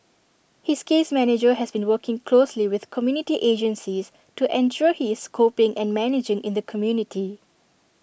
his case manager has been working closely with community agencies to ensure he is coping and managing in the community